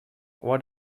what